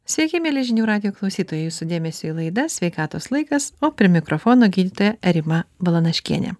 sveiki mieli žinių radijo klausytojai jūsų dėmesiui laida sveikatos laikas o prie mikrofono gydytoja rima balanaškienė